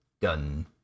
done